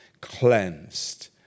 cleansed